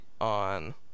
on